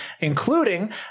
including